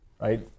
right